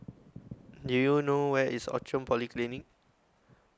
Do YOU know Where IS Outram Polyclinic